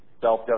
self